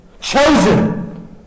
chosen